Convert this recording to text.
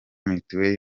mitiweli